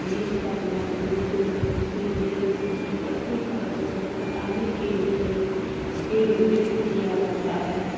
बीज पर मौजूद म्यूसिलेज की पतली परत को हटाने के लिए किण्वित किया जाता है